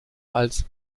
als